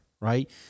Right